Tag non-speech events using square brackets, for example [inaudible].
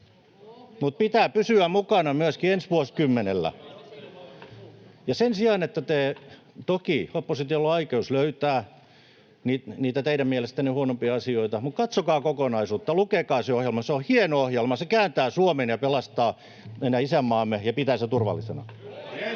mutta pitää pysyä mukana myöskin ensi vuosikymmenellä. [noise] Toki oppositiolla on oikeus löytää niitä teidän mielestänne huonoimpia asioita, mutta katsokaa kokonaisuutta, lukekaa se ohjelma — se on hieno ohjelma. Se kääntää Suomen ja pelastaa isänmaamme ja pitää sen turvallisena.